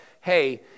hey